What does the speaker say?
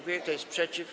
Kto jest przeciw?